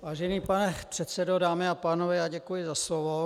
Vážený pane předsedo, dámy a pánové, já děkuji za slovo.